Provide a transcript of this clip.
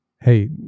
hey